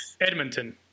Edmonton